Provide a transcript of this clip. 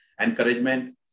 encouragement